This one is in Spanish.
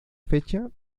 fecha